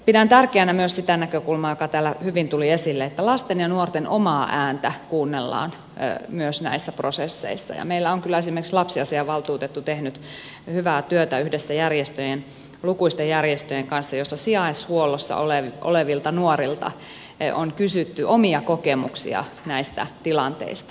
pidän tärkeänä myös sitä näkökulmaa joka täällä hyvin tuli esille että lasten ja nuorten omaa ääntä kuunnellaan myös näissä prosesseissa ja meillä on kyllä esimerkiksi lapsiasiavaltuutettu tehnyt hyvää työtä yhdessä lukuisten järjestöjen kanssa joissa sijaishuollossa olevilta nuorilta on kysytty omia kokemuksia näistä tilanteista